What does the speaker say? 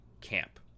camp